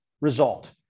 result